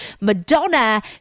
Madonna